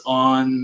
on